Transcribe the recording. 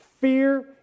Fear